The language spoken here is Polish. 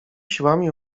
siłami